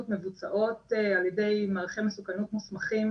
מבוצעות על ידי מעריכי מסוכנות מוסמכים,